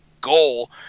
goal